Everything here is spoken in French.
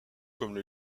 comme